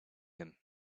him